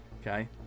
Okay